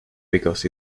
because